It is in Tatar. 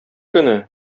көне